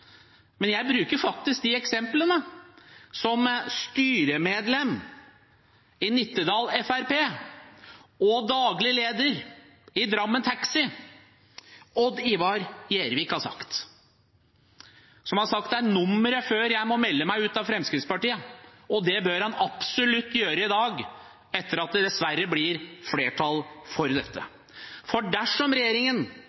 Men jeg bruker faktisk de eksemplene som styremedlem i Nittedal Fremskrittsparti og daglig leder i Drammen Taxi, Odd-Ivar Gjersvik, har kommet med. Han har sagt at det er nummeret før han må melde seg ut av Fremskrittspartiet. Det bør han absolutt gjøre i dag, etter at det dessverre blir flertall for